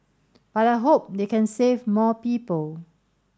but I hope they can save more people